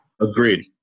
agreed